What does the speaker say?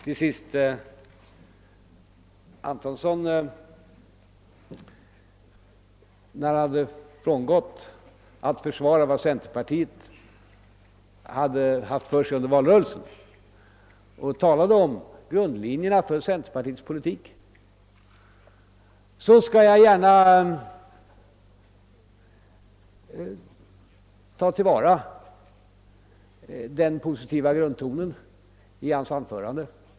När herr Antonsson nu upphört att försvara vad centerpartiet hade för sig under valrörelsen och i stället talar om grundlinjerna för centerpartiets politik skall jag gärna ta till vara den positiva grundtonen i hans anförande.